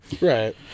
Right